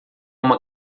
uma